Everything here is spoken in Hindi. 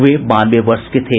वे बानवे वर्ष के थे